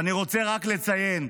ואני רוצה רק לציין,